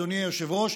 אדוני היושב-ראש,